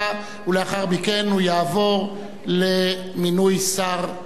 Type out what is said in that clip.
ולאחר מכן הוא יעבור להודעה על מינוי שר,